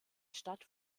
stadt